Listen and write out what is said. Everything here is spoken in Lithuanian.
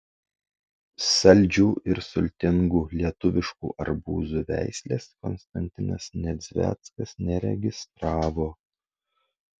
saldžių ir sultingų lietuviškų arbūzų veislės konstantinas nedzveckas neregistravo